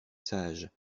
sage